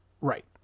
Right